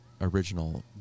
original